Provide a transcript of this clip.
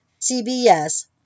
CBS